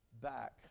back